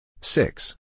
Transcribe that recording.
Six